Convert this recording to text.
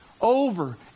over